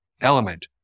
element